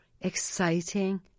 exciting